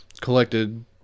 collected